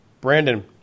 Brandon